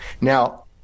Now